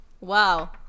Wow